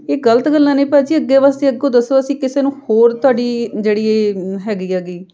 ਇਹ ਗਲਤ ਗੱਲਾਂ ਨੇ ਭਾਅ ਜੀ ਅੱਗੇ ਵਾਸਤੇ ਅੱਗੋਂ ਦੱਸੋ ਅਸੀਂ ਕਿਸੇ ਨੂੰ ਹੋਰ ਤੁਹਾਡੀ ਜਿਹੜੀ ਇਹ ਹੈਗੀ ਹੈਗੀ